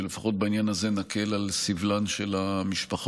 ולפחות בעניין הזה נקל על סבלן של המשפחות.